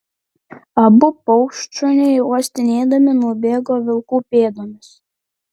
abu paukštšuniai uostinėdami nubėgo vilkų pėdomis